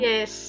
Yes